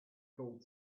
called